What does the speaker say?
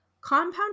compound